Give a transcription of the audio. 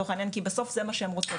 כי בסוף זה מה שהן רוצות.